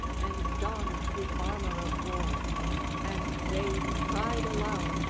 and donned his armour of war and they cried aloud,